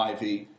IV